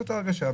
זאת ההרגשה.